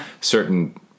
Certain